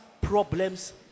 problems